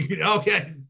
Okay